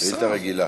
שאילתה רגילה.